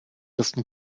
ersten